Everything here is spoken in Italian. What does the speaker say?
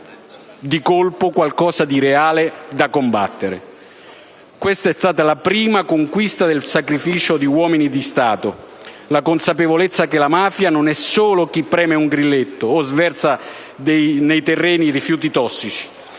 di colpo qualcosa di reale da combattere. Questa è stata la prima conquista del sacrificio di uomini di Stato; la consapevolezza che la mafia non è solo chi preme un grilletto o sversa nei terreni rifiuti tossici: